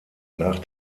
nach